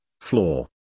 floor